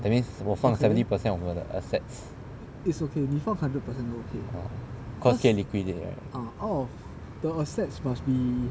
that means 我放 seventy percent of 我的 assets oh because 可以 liquidate right